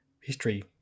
history